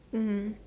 mmhmm